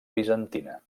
bizantina